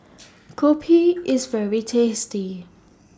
Kopi IS very tasty